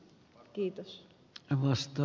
arvoisa puhemies